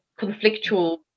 conflictual